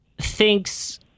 thinks